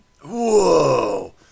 whoa